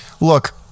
Look